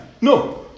No